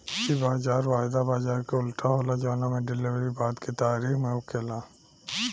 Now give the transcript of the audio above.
इ बाजार वायदा बाजार के उल्टा होला जवना में डिलेवरी बाद के तारीख में होखेला